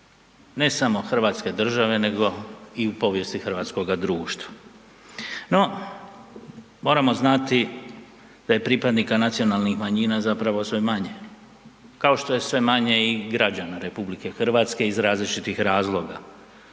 ne samo hrvatske države nego i u povijesti hrvatskoga društva. No, moramo znati da je pripadnika nacionalnih manjina zapravo sve manje kao što sve manje i građana RH iz različitih razloga,